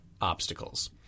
obstacles